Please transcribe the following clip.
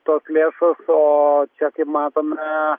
tos lėšos o čia kaip matome